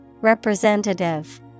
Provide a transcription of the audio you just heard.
Representative